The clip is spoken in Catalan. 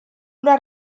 una